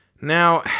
Now